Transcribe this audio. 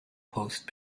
post